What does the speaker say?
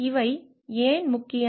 இவை ஏன் முக்கியம்